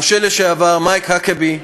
המושל לשעבר מייק האקבי,